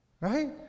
Right